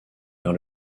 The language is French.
vers